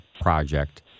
project